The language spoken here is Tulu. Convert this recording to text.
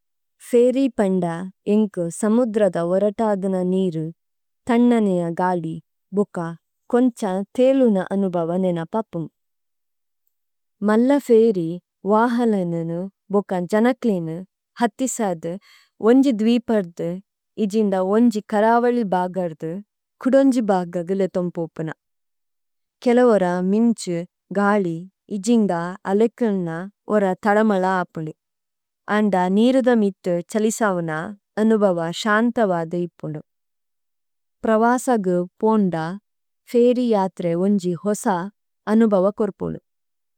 ഫീരി പന്ദ ഏന്ഗ്കു സമുദ്രദ ഓരതാദന നീരു, ഥന്നനേഅ ഗാലി, ബുക കോന്ഛ ഥീലുന അനുബവ നേന പപ്പുനു। മല്ല ഫീരി വാഹലനേനു, ബുക ജനക്ലേനു, ഹഥിസദു, ഓന്ജി ദ്വിപര്ദു, ഇജിന്ദ ഓന്ജി കരവലി ബഗര്ദു, കുദോന്ജി ബഗഗുലേതോമ് പോപുന। കേലവര മിന്ഛു, ഗാലി, ഇജിന്ദ അലേകിലന, ഓര ഥലമല അപ്പുനു। മിഥു ഛലിസവുന അനുബവ ശന്തവ ദേഇപ്പുനു। പ്രവസഗു പോന്ദ, ഫീരി യത്ര ഓന്ജി ഹോസ അനുബവ കോര്പുനു।